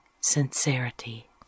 sincerity